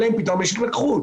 אלא אם פתאום יש התלקחות.